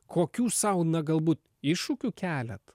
kokių sau na galbūt iššūkių keliat